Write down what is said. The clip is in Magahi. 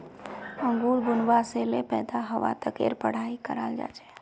अंगूर बुनवा से ले पैदा हवा तकेर पढ़ाई कराल जा छे